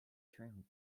train